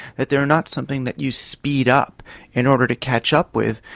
that they are not something that you speed up in order to catch up with.